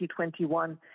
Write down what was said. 2021